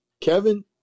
Kevin